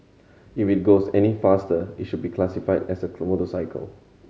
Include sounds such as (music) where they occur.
if it goes any faster it should be classified as a (unintelligible) motorcycle